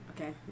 okay